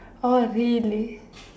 orh really